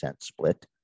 split